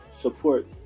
support